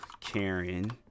karen